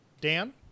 Dan